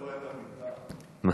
כן.